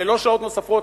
ללא שעות נוספות,